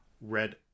red